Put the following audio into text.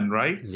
right